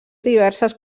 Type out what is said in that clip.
diverses